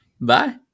Bye